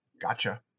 gotcha